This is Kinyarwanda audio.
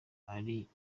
ariko